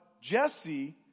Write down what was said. Jesse